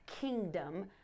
kingdom